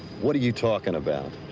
what are you talking about?